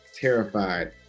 terrified